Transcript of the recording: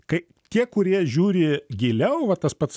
kai tie kurie žiūri giliau va tas pats